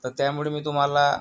तर त्यामुळे मी तुम्हाला